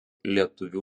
lietuvių